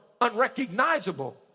unrecognizable